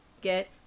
get